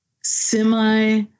semi